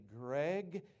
Greg